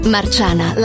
Marciana